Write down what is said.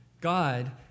God